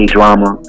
Drama